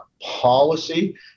policy